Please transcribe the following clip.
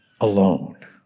alone